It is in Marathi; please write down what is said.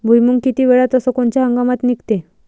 भुईमुंग किती वेळात अस कोनच्या हंगामात निगते?